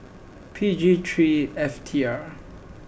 P G three F T R